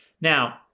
Now